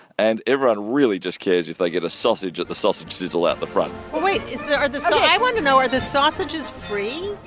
and everyone really just cares if they get a sausage at the sausage sizzle out the front well, wait. is there are the. ok. so i want to know, are the sausages free?